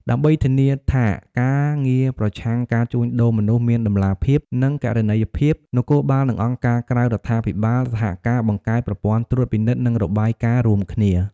ដើម្បីធានាថាការងារប្រឆាំងការជួញដូរមនុស្សមានតម្លាភាព និងគណនេយ្យភាព នគរបាល និងអង្គការក្រៅរដ្ឋាភិបាលសហការបង្កើតប្រព័ន្ធត្រួតពិនិត្យ និងរបាយការណ៍រួមគ្នា។